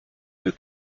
plus